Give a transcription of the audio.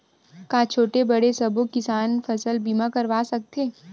का छोटे बड़े सबो किसान फसल बीमा करवा सकथे?